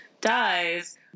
dies